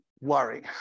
worry